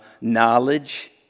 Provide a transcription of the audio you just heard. Knowledge